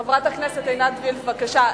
חברת הכנסת עינת וילף, בבקשה.